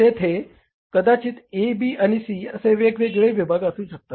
तेथे कदाचित A B आणि C असे वेगवेगळे विभाग असू शकतात